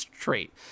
trait